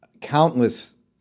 countless